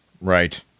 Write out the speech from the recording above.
Right